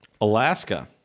Alaska